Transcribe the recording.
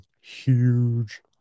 Huge